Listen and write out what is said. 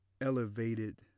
elevated